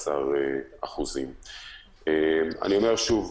15%. אני אומר שוב,